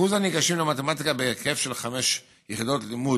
אחוז הניגשים למתמטיקה בהרכב של 5 יחידות לימוד